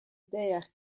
derrière